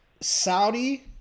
Saudi